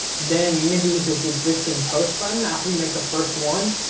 then you need to use this existing post button after you make the first one,